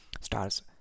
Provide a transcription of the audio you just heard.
Stars